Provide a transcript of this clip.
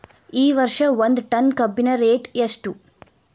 ಈ ವರ್ಷ ಒಂದ್ ಟನ್ ಕಬ್ಬಿನ ರೇಟ್ ಎಷ್ಟು?